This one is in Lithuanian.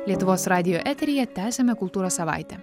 lietuvos radijo eteryje tęsiame kultūros savaitę